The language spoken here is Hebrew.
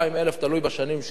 תלוי בשנים שהיו,